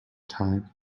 time